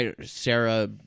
Sarah